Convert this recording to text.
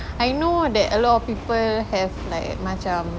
I know that a lot of people have like macam